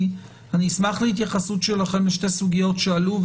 אני אשמח להתייחסות שלכם לשתי סוגיות שעלו,